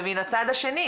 ומן הצד השני,